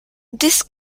this